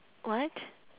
what